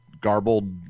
garbled